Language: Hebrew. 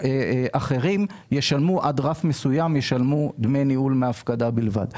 ואחרים ישלמו דמי ניהול מהפקדה בלבד עד רף מסוים.